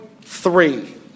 three